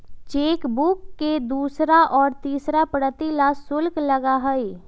chequebook के दूसरा और तीसरा प्रति ला शुल्क लगा हई